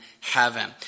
heaven